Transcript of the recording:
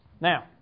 Now